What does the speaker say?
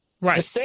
right